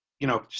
you know,